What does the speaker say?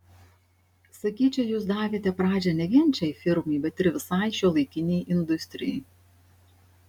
sakyčiau jūs davėte pradžią ne vien šiai firmai bet ir visai šiuolaikinei industrijai